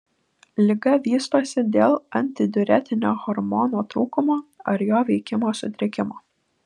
liga vystosi dėl antidiuretinio hormono trūkumo ar jo veikimo sutrikimo